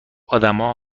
ادمها